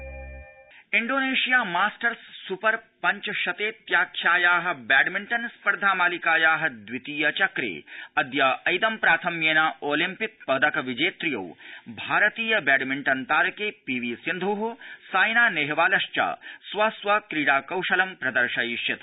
badminton Indonesia Masters super पञ्चशतेत्याख्याया badminton स्पर्धा मालिकाया द्वितीयचक्रे अद्य ऐदम्प्राथम्येन ओलिम्पिक् पदक विजेत्र्यो भारतीय बैडमिण्टन् तारके पीवीसिन्ध् साइना नेहवालश्च स्व स्व क्रीडाकौशलं प्रदर्शयिष्यत